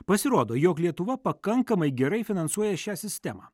pasirodo jog lietuva pakankamai gerai finansuoja šią sistemą